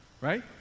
Right